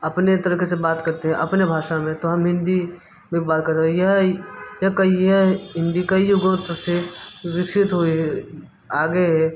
अपने तरीके से बात करते हैं अपने भाषा में तो हम हिंदी में बात करो यह यह कई यह हिंदी का ही गुण से विकसित हुई आगे है